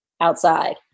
outside